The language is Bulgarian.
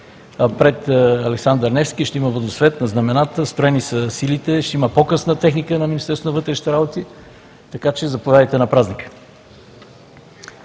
пред „Александър Невски“ ще има водосвет на знамената, строени са силите, ще има показ на техника на МВР. Така че заповядайте на празника.